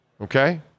okay